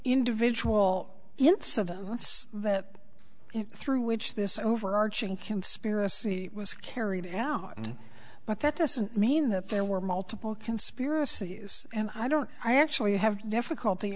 individual incidents that through which this overarching conspiracy was carried out but that doesn't mean that there were multiple conspiracies and i don't i actually have difficulty